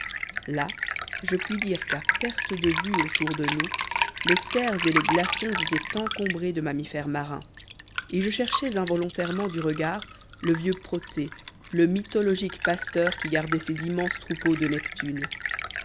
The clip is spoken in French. là je puis dire qu'à perte de vue autour de nous les terres et les glaçons étaient encombrés de mammifères marins et je cherchais involontairement du regard le vieux protée le mythologique pasteur qui gardait ces immenses troupeaux de neptune